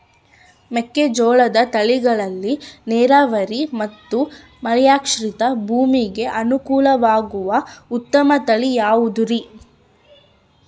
ಮೆಕ್ಕೆಜೋಳದ ತಳಿಗಳಲ್ಲಿ ನೇರಾವರಿ ಮತ್ತು ಮಳೆಯಾಶ್ರಿತ ಭೂಮಿಗೆ ಅನುಕೂಲವಾಗುವ ಉತ್ತಮ ತಳಿ ಯಾವುದುರಿ?